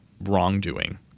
wrongdoing